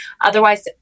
Otherwise